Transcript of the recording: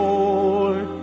Lord